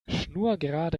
schnurgerade